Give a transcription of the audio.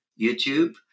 YouTube